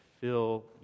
fill